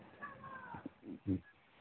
ꯎꯝ